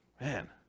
man